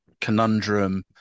conundrum